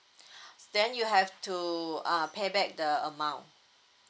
then you have to uh pay back the amount